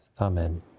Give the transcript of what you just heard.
Amen